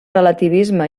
relativisme